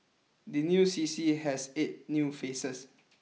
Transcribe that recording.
the new C C has eight new faces